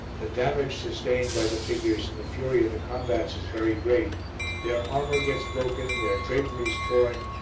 the damage sustained by the figures in the fury of the combats is very great their armour gets broken, their draperies torn,